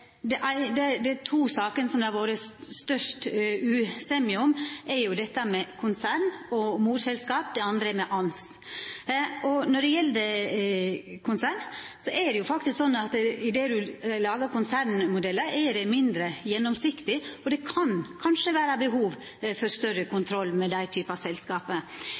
kommentarar til debatten. Dei to sakene som det har vore størst usemje om, er for det første dette med konsern og morselskap, for det andre ANS. Når det gjeld konsern, er det faktisk sånn at idet ein lagar konsernmodellar, er det mindre gjennomsiktig, og det kan kanskje vera behov for større kontroll